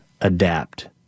adapt